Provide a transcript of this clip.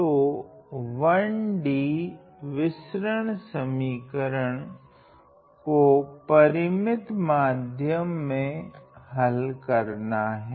तो 1 D विसरण समीकरना को परिमित माध्यम में हल करना हैं